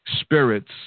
spirits